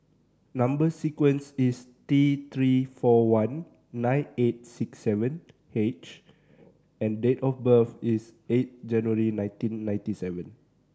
number sequence is T Three four one nine eight six seven H and date of birth is eight January nineteen ninety seven